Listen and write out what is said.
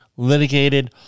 litigated